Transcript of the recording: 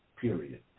period